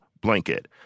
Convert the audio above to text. blanket